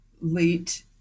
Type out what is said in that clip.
late